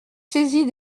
saisie